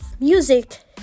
music